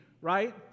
right